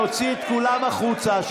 להוציא את כולם החוצה,